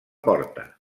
porta